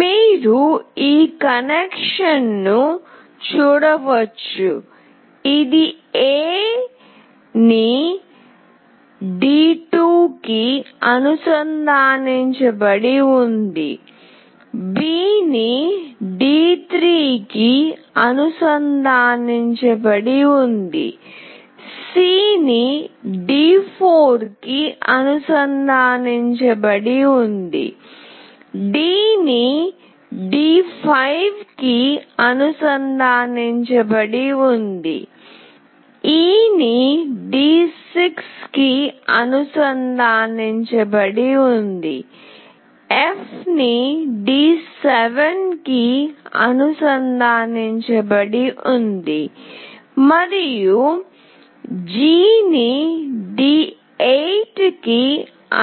మీరు ఈ కనెక్షన్ను చూడవచ్చు ఇది A ని D2 కి అనుసంధానించబడి ఉంది B ని D3 కి అనుసంధానించబడి ఉంది C ని D4 కి అనుసంధానించబడి ఉంది D ని D5 కి అనుసంధానించబడి ఉంది E ని D6 కి అనుసంధానించబడి ఉంది F ని D7 కి అనుసంధానించబడి ఉంది మరియు G ని D8 కి